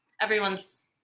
everyone's